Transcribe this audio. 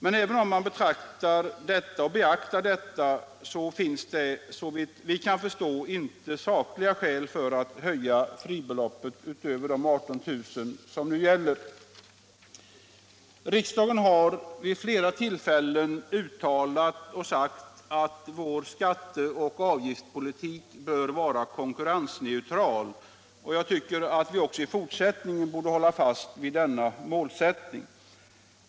Men även om man beaktar detta går det inte, såvitt vi kan förstå, att sakligt motivera en höjning av fribeloppet utöver de 18000 som nu gäller. Riksdagen har vid flera tillfällen sagt att vår skatte och avgiftspolitik bör vara konkurrensneutral, och jag tycker att vi också i fortsättningen borde hålla fast vid denna målsättning.